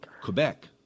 Quebec